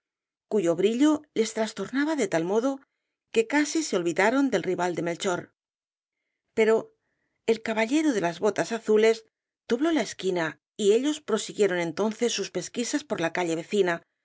cuyo brillo les trastornaba de tal modo que casi se olvidaron del rival de melchor pero el caballero de las botas azules dobló la esquina y ellos prosiguieron entonces sus pesquisas por la calle vecina